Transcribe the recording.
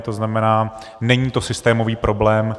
To znamená, není to systémový problém.